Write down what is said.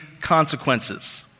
consequences